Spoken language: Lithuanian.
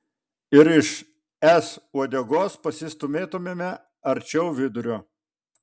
ir iš es uodegos pasistūmėtumėme arčiau vidurio